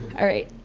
alright,